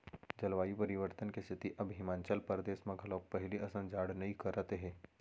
जलवायु परिवर्तन के सेती अब हिमाचल परदेस म घलोक पहिली असन जाड़ नइ करत हे